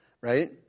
Right